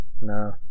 No